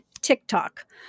TikTok